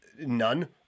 None